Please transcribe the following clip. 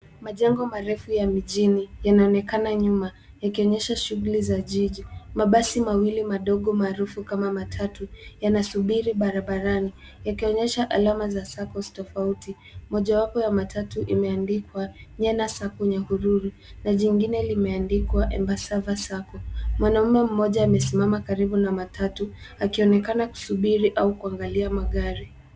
Majengo marefu ya mijini yanaonekana nyuma yakionyesha shughuli za jiji. Mabasi mawili madogo maarufu kama matatu yanasubiri barabarani, yakionyesha alama za saccos tofauti. mojawapo imeandikwa Nyenna sacco Nyahururu na Nyingine Embassava sacco. Mwanaume mmoja amesimama karibu na matatu akionekana kusubiri au kuangalia magari.